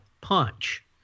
punch